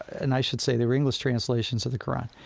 and i should say they were english translations of the qur'an.